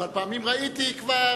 אבל פעמים ראיתי כבר,